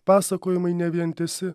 pasakojimai nevientisi